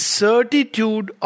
certitude